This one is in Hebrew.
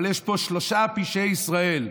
אבל יש פה שלושה פשעי ישראל: